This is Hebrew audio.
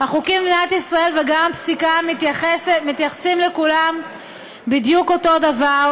החוקים במדינת ישראל וגם הפסיקה מתייחסים לכולם בדיוק אותו דבר.